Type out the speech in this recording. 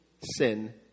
sin